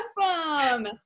awesome